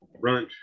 Brunch